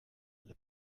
alle